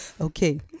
okay